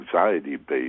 anxiety-based